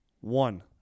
One